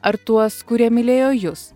ar tuos kurie mylėjo jus